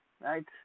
right